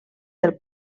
del